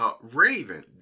Raven